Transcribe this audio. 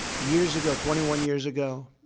years ago, twenty one years ago,